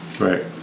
Right